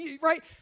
right